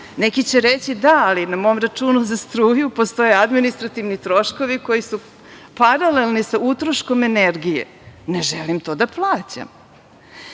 Neki će reći – da, ali na mom računu za struju postoje administrativni troškovi koji su paralelni sa utroškom energije. Ne želim to da plaćam.